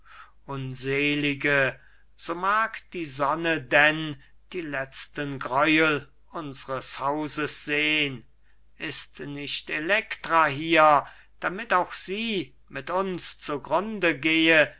unselige so mag die sonne denn die letzten gräuel unsers hauses sehn ist nicht elektra hier damit auch sie mit uns zu grunde gehe